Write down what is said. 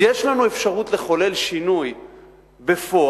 אז יש לנו אפשרות לחולל שינוי בפועל,